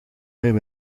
mijn